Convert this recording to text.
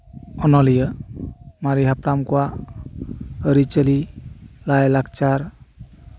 ᱚᱱᱚᱞᱤᱭᱟᱹ ᱢᱟᱨᱮ ᱦᱟᱯᱲᱟᱢ ᱠᱚᱣᱟᱜ ᱟᱹᱨᱤᱪᱟᱹᱞᱤ ᱞᱟᱭ ᱞᱟᱠᱪᱟᱨ